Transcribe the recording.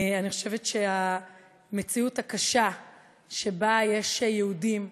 אני חושבת שהמציאות הקשה שבה יש יהודים,